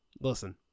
listen